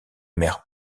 maire